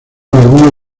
algunos